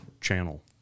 channel